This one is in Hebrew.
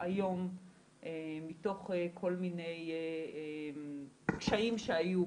היום מתוך כל מיני קשיים שהיו